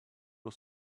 was